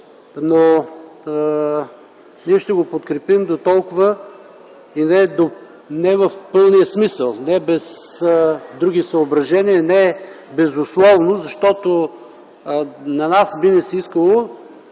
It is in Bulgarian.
Ние ще го подкрепим дотолкова и не в пълния смисъл, не без други съображения, не безусловно, защото на нас би ни се искало